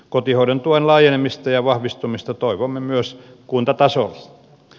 kotihoidon tuen laajenemista ja vahvistumista toivomme myös kuntatasolla